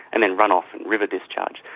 and then run-off and river discharge.